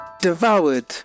Devoured